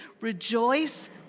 rejoice